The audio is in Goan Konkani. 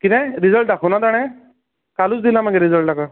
कितें रिजल्ट दाखोवना ताणें कालूच दिलां मगे रिजल्ट ताका